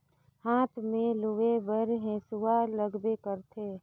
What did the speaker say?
हाथ में लूए बर हेसुवा लगबे करथे